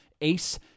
ace